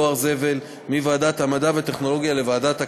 דואר זבל) מוועדת המדע והטכנולוגיה לוועדת הכלכלה.